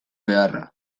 beharra